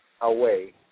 away